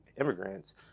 immigrants